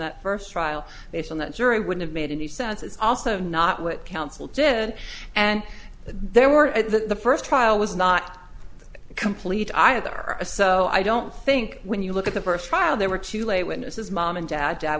that first trial based on that jury would have made any sense it's also not what council did and there were at the first trial was not a complete either a so i don't think when you look at the first trial there were two lay witnesses mom and dad dad